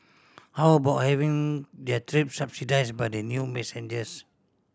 how about having their trip subsidise by the new passenger